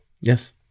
Yes